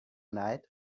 night